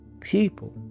people